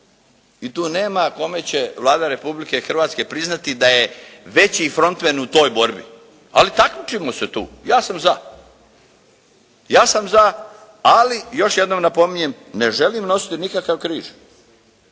i tu nema kome će Vlada Republike Hrvatske priznati da je veći frontmen u toj borbi. Ali takmičimo se tu. Ja sam za. Ali još jednom napominjem ne želim nositi nikakav križ